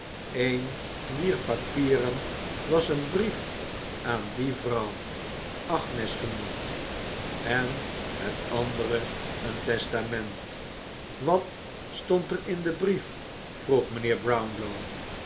een dier papieren was een brief aan die vrouw agnes genoemd en het andere een testament wat stond er in den brief vroeg mijnheer brownlow